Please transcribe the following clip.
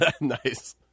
Nice